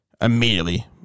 immediately